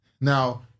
Now